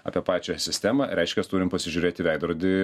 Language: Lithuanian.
apie pačią sistemą reiškias turim pasižiūrėt į veidrodį